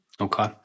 Okay